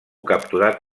capturat